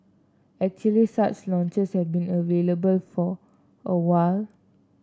actually such lounges have been available for a while